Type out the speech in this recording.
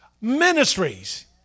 ministries